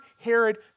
Herod